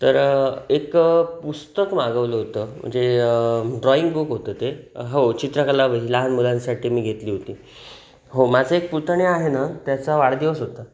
तर एक पुस्तक मागवलं होतं म्हणजे ड्रॉईंग बुक होतं ते हो चित्रकला वही लहान मुलांसाठी मी घेतली होती हो माझा एक पुतण्या आहे ना त्याचा वाढदिवस होता